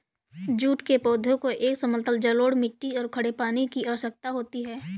jute के पौधे को एक समतल जलोढ़ मिट्टी और खड़े पानी की आवश्यकता होती है